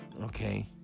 okay